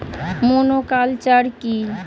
Monoculture কি?